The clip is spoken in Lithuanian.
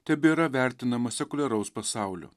tebėra vertinama sekuliaraus pasaulio